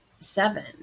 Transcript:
seven